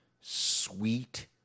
sweet